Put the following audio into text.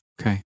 Okay